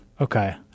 Okay